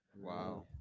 Wow